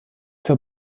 für